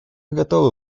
готовы